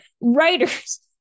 writers